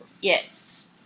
Yes